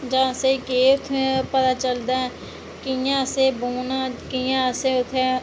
जां असें ई केह् उत्थै मज़ा औंदा ऐ कियां असें बौह्ना कियां असें उत्थै